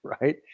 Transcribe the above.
right